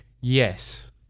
Yes